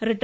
റിട്ട